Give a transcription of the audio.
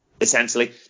essentially